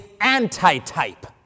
anti-type